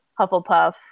Hufflepuff